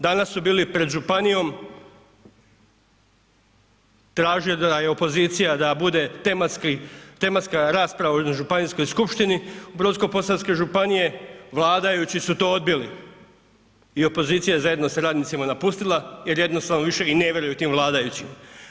Danas su bili pred županijom tražila je opozicija da bude tematska rasprava u jednoj županijskoj skupštini Brodsko-posavske županije, vladajući su to odbili i opozicija je zajedno s radnicima napustila jer jednostavno više i ne vjeruju tim vladajućim.